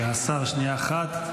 השר, שנייה אחת.